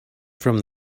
from